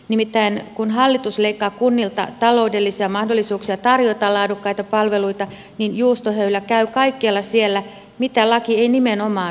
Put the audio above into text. nimittäin kun hallitus leikkaa kunnilta taloudellisia mahdollisuuksia tarjota laadukkaita palveluita niin juustohöylä käy kaikkialla siellä mitä laki ei nimenomaan vaadi